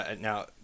Now